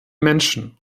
menschen